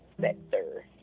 sector